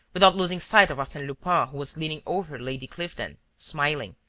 without losing sight of arsene lupin who was leaning over lady cliveden, smiling.